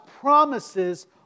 promises